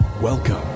Welcome